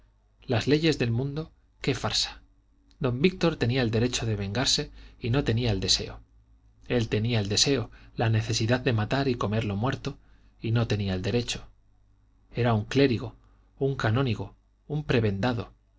las leyes del mundo qué farsa don víctor tenía el derecho de vengarse y no tenía el deseo él tenía el deseo la necesidad de matar y comer lo muerto y no tenía el derecho era un clérigo un canónigo un prebendado